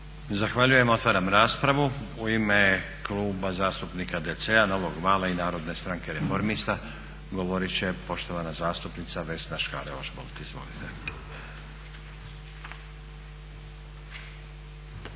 Zahvaljujem. Otvaram raspravu. U ime Kluba zastupnika DC-a, Novog vala i Narodne stranke reformista, govoriti će poštovana zastupnica Vesna Škare-Ožbolt, izvolite.